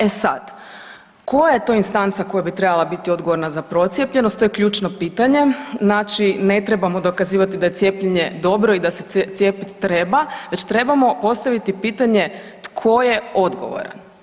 E sad, koja je to instanca koja bi trebala bit odgovorna za procijepljenost, to je ključno pitanje, znači ne trebamo dokazivati da je cijepljenje dobro i da se cijepit treba, znači trebamo postavit pitanje tko je odgovoran?